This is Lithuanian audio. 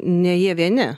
ne jie vieni